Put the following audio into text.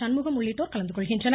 சண்முகம் உள்ளிட்டோர் கலந்துகொள்கின்றனர்